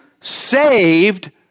saved